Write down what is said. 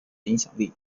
影响力